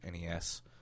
NES